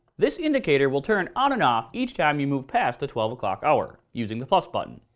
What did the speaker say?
this indicator will turn on and off each time you move past the twelve o'clock hour using the plus button.